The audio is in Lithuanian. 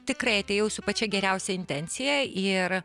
tikrai atėjau su pačia geriausia intencija ir